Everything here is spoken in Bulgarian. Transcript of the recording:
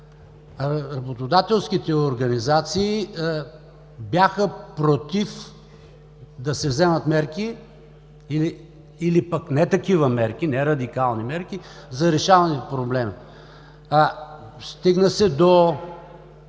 работодателските организации бяха против да се вземат мерки или пък не такива мерки, не радикални мерки за решаване на проблема. Стигна се до